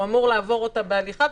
הוא אמור לעבור אותה בהליכה,